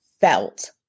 felt